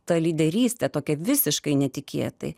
tą lyderystę tokia visiškai netikėtai